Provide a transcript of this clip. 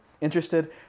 interested